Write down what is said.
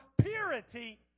purity